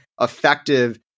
effective